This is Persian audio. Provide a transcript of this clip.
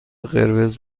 قرمز